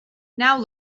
now